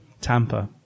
Tampa